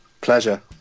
Pleasure